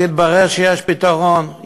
אז התברר שיש פתרון.